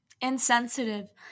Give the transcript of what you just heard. insensitive